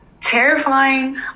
terrifying